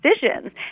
decisions